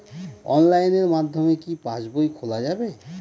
অনলাইনের মাধ্যমে কি পাসবই খোলা যাবে?